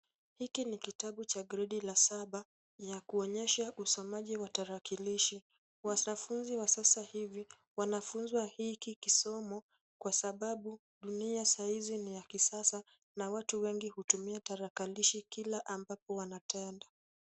Hiki ni kitabu cha Gredi la saba, ya kuonyesha usomaji wa tarakilishi. Wanafunzi wa sasa hivi wanafunzwa hiki kisomo, kwa sababu dunia saa hizi ni ya kisasa na watu wengi wanatumia tarakilishi kila ambapo wanakitenda.